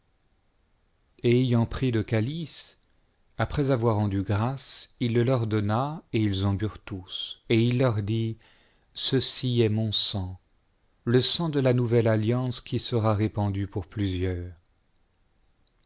et ayant pris le calice après avoir rendu grâces il le leur donna et ils en burent tous et il leur dit ceci est mon sang le sang de la nouvelle alliance qui sera répandu pour plusieurs